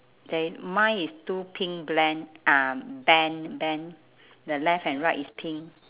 there i~ mine is two pink blend um band band the left and right is pink